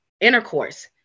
intercourse